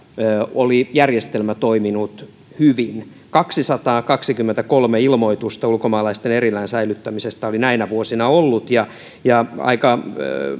oli järjestelmä toiminut hyvin kaksisataakaksikymmentäkolme ilmoitusta ulkomaalaisten erillään säilyttämisestä oli näinä vuosina ollut ja ja aika